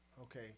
okay